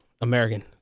American